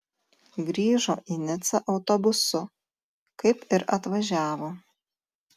grįžo į nicą autobusu kaip ir atvažiavo